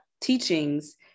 teachings